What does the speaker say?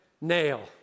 nail